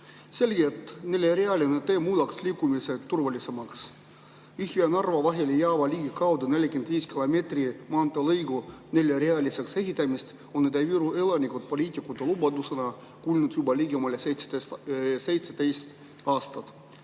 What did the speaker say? selge, et neljarealine tee muudaks liikumise turvalisemaks. Jõhvi ja Narva vahele jääva ligikaudu 45‑kilomeetrise maanteelõigu neljarealiseks ehitamist on Ida-Viru elanikud poliitikute lubadusena kuulnud juba ligemale 17 aastat,